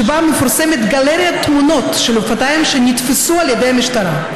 שבה מפורסמת גלריית תמונות של אופניים שנתפסו על ידי המשטרה,